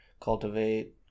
Cultivate